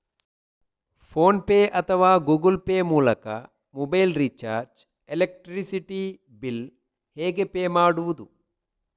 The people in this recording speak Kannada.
ಫೋನ್ ಪೇ ಅಥವಾ ಗೂಗಲ್ ಪೇ ಮೂಲಕ ಮೊಬೈಲ್ ರಿಚಾರ್ಜ್, ಎಲೆಕ್ಟ್ರಿಸಿಟಿ ಬಿಲ್ ಹೇಗೆ ಪೇ ಮಾಡುವುದು?